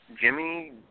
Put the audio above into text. Jimmy